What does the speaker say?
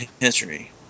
history